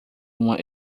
uma